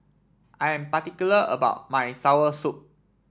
I am particular about my soursop